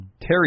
Terry